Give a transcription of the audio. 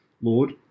Lord